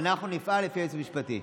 אנחנו נפעל לפי הייעוץ המשפטי.